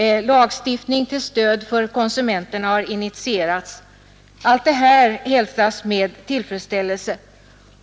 Lagstiftning till stöd för konsumenterna har initierats. Allt detta hälsas med tillfredsställelse.